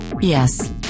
Yes